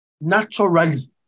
naturally